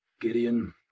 Gideon